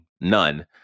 none